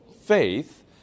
Faith